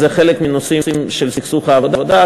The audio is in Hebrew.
זה אחד הנושאים של סכסוך העבודה.